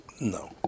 no